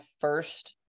first